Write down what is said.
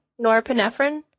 norepinephrine